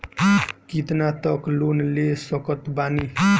कितना तक लोन ले सकत बानी?